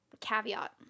caveat